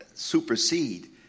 supersede